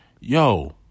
yo